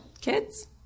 kids